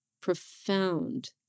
profound